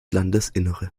landesinnere